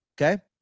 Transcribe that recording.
okay